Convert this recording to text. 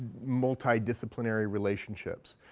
multidisciplinary relationships.